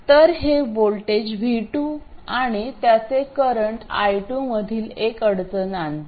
तर हे voltage V2 आणि त्याचे करंट i2 मधील एक अडचण आणते